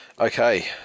Okay